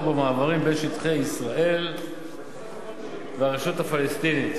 במעברים בין שטחי ישראל והרשות הפלסטינית